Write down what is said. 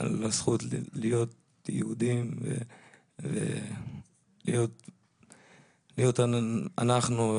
הזכות להיות יהודים ולהיות עם.